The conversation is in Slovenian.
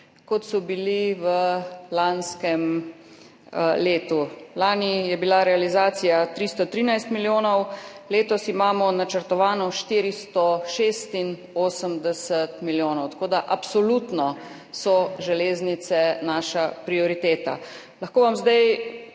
kot so bila v lanskem letu. Lani je bila realizacija 313 milijonov, letos imamo načrtovano 476 milijonov, tako da so absolutno železnice naša prioriteta. Lahko vam zdaj,